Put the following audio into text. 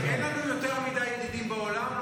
אין לנו יותר מדי ידידים בעולם.